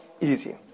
easy